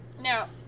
now